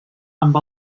amb